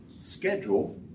schedule